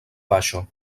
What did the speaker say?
paŝo